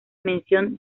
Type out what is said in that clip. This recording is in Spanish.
mención